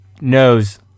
knows